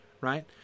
right